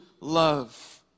love